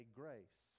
grace